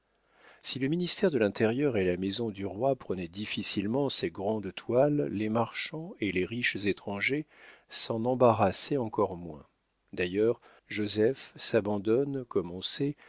si le ministère de l'intérieur et la maison du roi prenaient difficilement ses grandes toiles les marchands et les riches étrangers s'en embarrassaient encore moins d'ailleurs joseph s'abandonne comme on sait